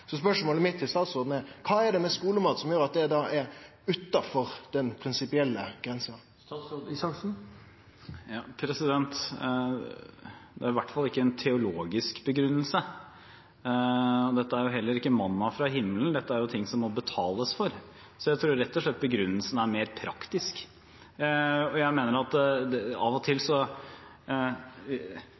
Spørsmålet mitt til statsråden er: Kva er det med skulemat som gjer at det er utanfor den prinsipielle grensa? Det er i hvert fall ikke en teologisk begrunnelse. Dette er jo heller ikke manna fra himmelen, dette er jo ting det må betales for. Så jeg tror rett og slett begrunnelsen er mer praktisk. Av og til omtaler SV det at noe har en økonomisk begrunnelse, som om det